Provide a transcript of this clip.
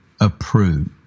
approve